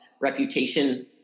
reputation